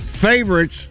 favorites